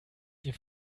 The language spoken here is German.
die